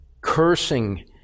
cursing